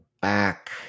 back